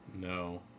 no